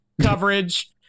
coverage